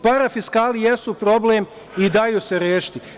Parafiskali jesu problem i daju se rešiti.